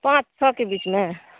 पाँच छओके बीचमे